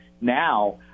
now